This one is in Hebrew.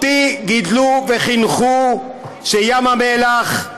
אותי גידלו וחינכו שים המלח,